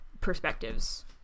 perspectives